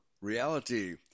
reality